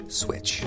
switch